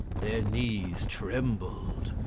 their knees trembled,